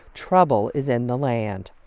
trouble is in the land.